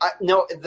no